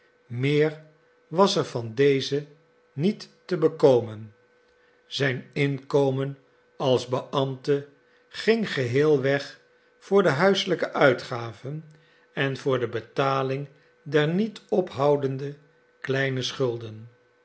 meer was van dezen niet te bekomen zijn inkomen als beambte ging geheel weg voor de huiselijke uitgaven en voor de betaling der niet ophoudende kleine schulden